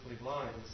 blind